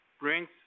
brings